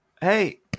Hey